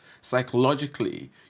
psychologically